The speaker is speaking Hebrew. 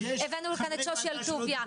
הבאנו את שושי אלטוביה,